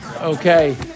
okay